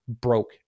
broke